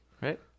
Right